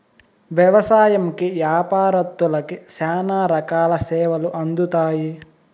వ్యవసాయంకి యాపారత్తులకి శ్యానా రకాల సేవలు అందుతాయి